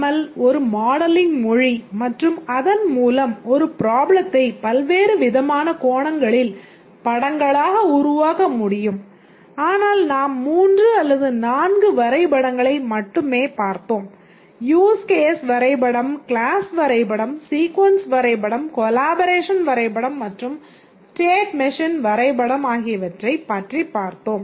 L ஐப் வரைபடம் ஆகியவற்றைப் பற்றி பார்த்தோம்